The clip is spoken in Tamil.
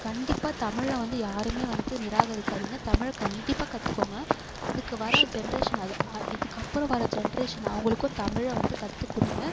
கண்டிப்பாக தமிழை வந்து யாருமே வந்து நிராகரிக்காதீங்க தமிழை கண்டிப்பாக கற்றுக்கோங்க இதுக்கு வர ஜென்ரேஷன் அது இதுக்கப்புறம் வர ஜென்ரேஷன் அவர்களுக்கும் தமிழை வந்து கற்று கொடுங்க